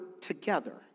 together